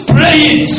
Praying